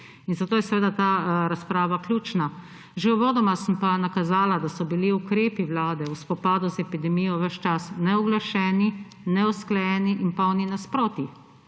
Zato je seveda ta razprava ključna. Že uvodoma sem pa nakazala, da so bili ukrepi Vlade v spopadu z epidemijo ves čas neuglašeni, neusklajeni in polni nasprotij.